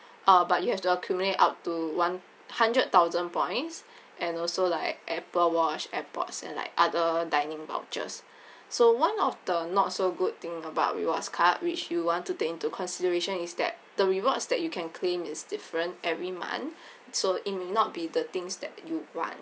uh but you have to accumulate up to one hundred thousand points and also like apple watch airpods and like other dining vouchers so one of the not so good thing about rewards card which you want to take into consideration is that the rewards that you can claim is different every month so it may not be the things that you want